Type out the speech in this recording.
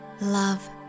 love